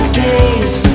gaze